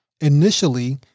Initially